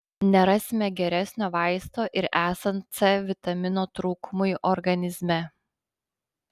nerasime geresnio vaisto ir esant c vitamino trūkumui organizme